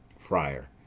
friar.